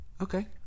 Okay